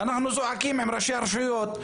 אנחנו זועקים עם ראשי הרשויות,